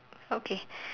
okay